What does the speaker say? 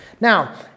now